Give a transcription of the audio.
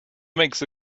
makes